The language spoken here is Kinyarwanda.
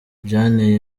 byanteye